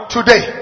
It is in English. Today